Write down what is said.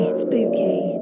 spooky